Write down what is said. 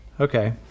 okay